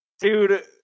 Dude